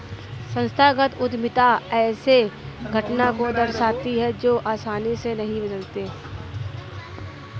संस्थागत उद्यमिता ऐसे घटना को दर्शाती है जो आसानी से नहीं बदलते